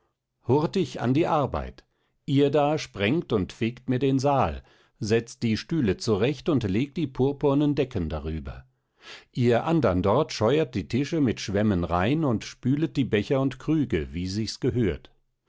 hurtig an die arbeit ihr da sprengt und fegt mir den saal setzt die stühle zurecht und legt die purpurnen decken darüber ihr andern dort scheuert die tische mit schwämmen rein und spület die becher und krüge wie sich's gehört